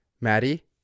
Maddie